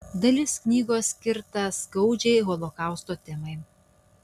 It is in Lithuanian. dalis knygos skirta skaudžiai holokausto temai